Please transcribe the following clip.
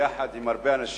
יחד עם הרבה מאוד אנשים,